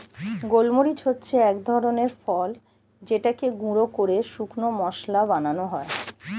গোলমরিচ হচ্ছে এক ধরনের ফল যেটাকে গুঁড়ো করে শুকনো মসলা বানানো হয়